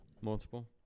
Multiple